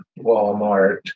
Walmart